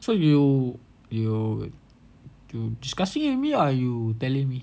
so you you you discussing with me or are you telling me